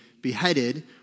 beheaded